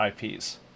IPs